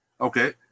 Okay